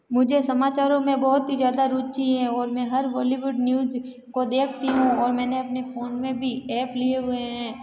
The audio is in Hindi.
मुझे समाचारों में बहुत ही ज़्यादा रूचि है और मैं हर बॉलीवुड न्यूज़ को देखती हूँ और मैंने अपने फोन में भी एप लिए हुए हैं